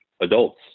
adults